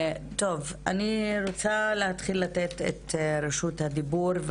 אני רוצה להתחיל לתת את רשות הדיבור.